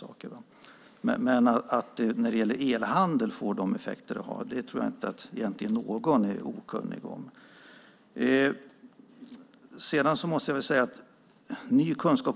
Att det får de effekter det har när det gäller elhandel är nog ingen okunnig om. Vi har ju en gräns mellan den södra och den norra delen av landet.